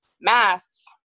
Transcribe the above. masks